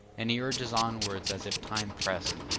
and he urges onwards as if time pressed,